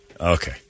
Okay